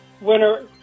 winner